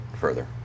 further